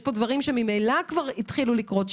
יש דברים שממילא החלו לקרות.